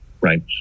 right